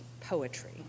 poetry